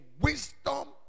wisdom